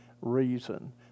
reason